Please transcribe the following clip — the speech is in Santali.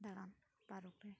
ᱫᱟᱲᱟᱱ ᱯᱨᱟᱠ